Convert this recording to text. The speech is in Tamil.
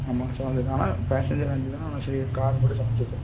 ஆமாம் ஸோ அதுக்கு ஆனால் பேஸஞ்சர் அஞ்சு தான் ஆனால் ஃபே கார் மட்டும் செவன் சீட்டு